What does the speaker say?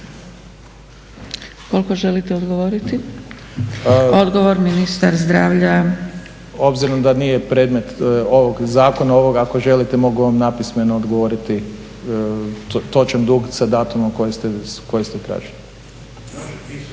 Kako želite odgovoriti? Odgovor ministar zdravlja. **Varga, Siniša (SDP)** Obzirom da nije predmet ovog zakona, ako želite mogu vam napismeno odgovoriti točan dug sa datumom koji ste tražili.